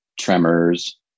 tremors